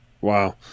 Wow